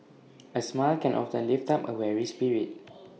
A smile can often lift up A weary spirit